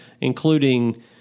including